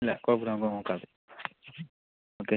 ഇല്ല കുഴപ്പമില്ല നമുക്ക് നോക്കാം അത് ഓക്കേ